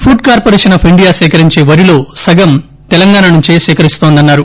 food corporation of India సేకరించే వరిలో సగం తెలంగాణ నుంచే సేకరిస్తోందన్నారు